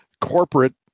corporate